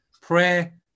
Prayer